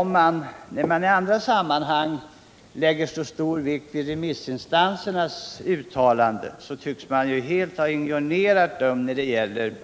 I de flesta andra sammanhang läggs stor vikt vid remissinstansernas uttalanden, men när det gäller